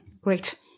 great